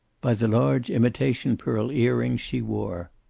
by the large imitation pearl earrings she wore.